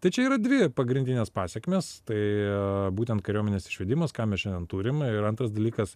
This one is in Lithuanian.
tai čia yra dvi pagrindinės pasekmės tai yra būtent kariuomenės išvedimas ką mes šiandien turim ir antras dalykas